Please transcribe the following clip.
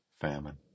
famine